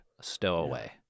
stowaway